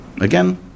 again